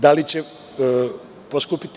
Da li će poskupeti?